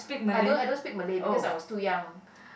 I don't I don't speak Malay because I was too young